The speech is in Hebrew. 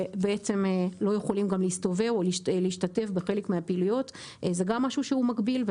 ולא יכולים להשתתף בחלק מהפעילויות זה משהו שמגביל,